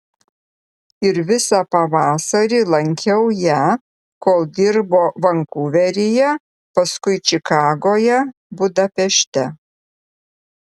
ir visą pavasarį lankiau ją kol dirbo vankuveryje paskui čikagoje budapešte